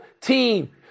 team